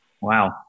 Wow